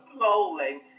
rolling